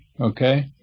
okay